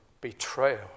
betrayal